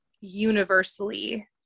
universally